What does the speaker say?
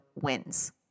wins